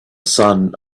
sun